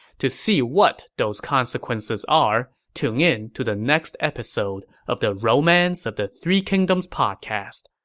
to see what those consequences are, tune in to the next episode of the romance of the three kingdoms podcast.